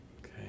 Okay